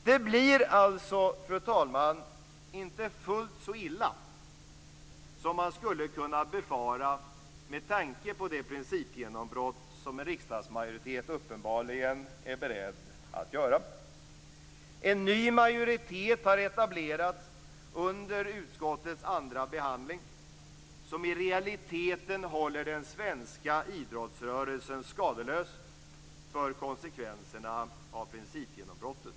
Det blir alltså, fru talman, inte fullt så illa som man skulle kunna befara med tanke på det principgenombrott som en riksdagsmajoritet uppenbarligen är beredd att göra. En ny majoritet har etablerats under utskottets andra behandling som i realiteten håller den svenska idrottsrörelsen skadeslös för konsekvenserna av principgenombrottet.